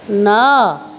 ନଅ